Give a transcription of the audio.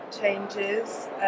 changes